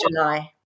July